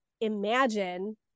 imagine